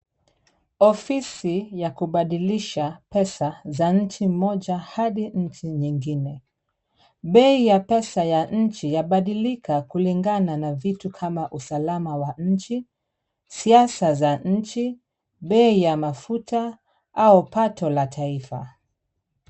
Ofisi ya kubadilisha pesa za nchi moja hadi nchi nyingine. Bei ya pesa ya nchi yabadilika kulingana na vitu kama usalama wa nchi, siasa za nchi, bei ya mafuta au pato la taifa.